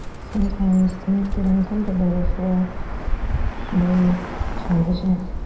sometimes things get uncomfortable before they transition.